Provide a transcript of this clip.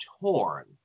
torn